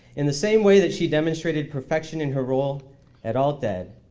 in the same way that she demonstrated perfection in her role at alt ed,